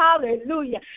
Hallelujah